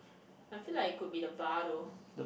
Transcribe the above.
I felt like could be the bar though